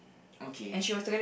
okay